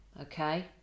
Okay